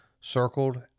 circled